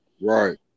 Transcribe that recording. Right